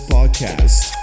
Podcast